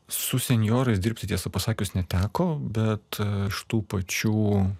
su senjorais dirbti tiesą pasakius neteko bet iš tų pačių